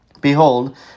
Behold